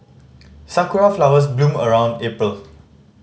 sakura flowers bloom around April